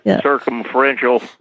Circumferential